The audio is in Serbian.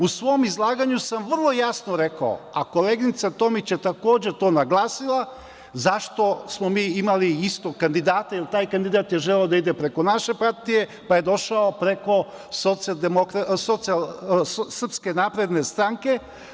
U svom izlaganju sam vrlo jasno rekao, a koleginica Tomić je takođe to naglasila, zašto smo mi imali istog kandidata, jer taj kandidat je želeo da ide preko naše partije, pa je došao preko SNS.